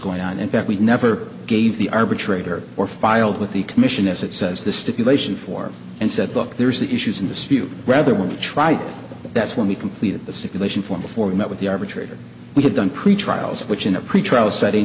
going on in fact we never gave the arbitrator or filed with the commission as it says the stipulation for and said look there's the issues in dispute rather we tried that's when we completed the situation form before we met with the arbitrator we have done pretrial which in a pretrial setting